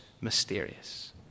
mysterious